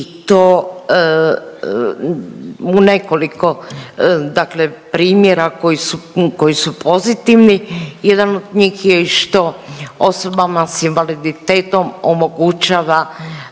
i to u nekoliko dakle primjera koji su, koji su pozitivni. Jedan od njih je i što osobama s invaliditetom omogućava